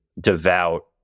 devout